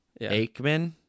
Aikman